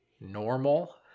normal